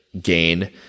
gain